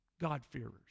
God-fearers